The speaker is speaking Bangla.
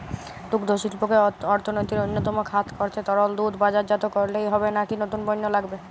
দুগ্ধশিল্পকে অর্থনীতির অন্যতম খাত করতে তরল দুধ বাজারজাত করলেই হবে নাকি নতুন পণ্য লাগবে?